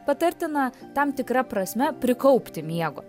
patartina tam tikra prasme prikaupti miego